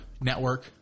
network